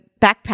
backpack